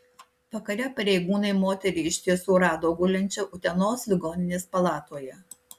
vakare pareigūnai moterį iš tiesų rado gulinčią utenos ligoninės palatoje